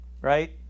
right